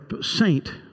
saint